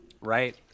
right